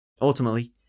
Ultimately